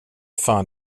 fan